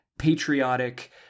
Patriotic